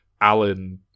Alan